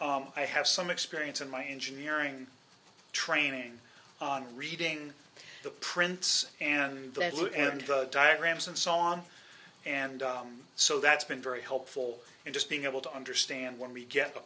i have some experience in my engineering training on reading the prints and that look and diagrams and so on and so that's been very helpful and just being able to understand when we get a